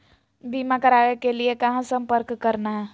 बीमा करावे के लिए कहा संपर्क करना है?